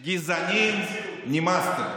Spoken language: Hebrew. גזענים, נמאסתם.